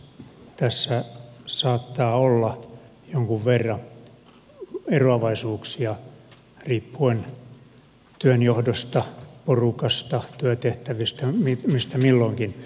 tässä saattaa olla jonkun verran eroavaisuuksia riippuen työnjohdosta porukasta työtehtävistä mistä milloinkin